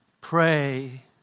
Pray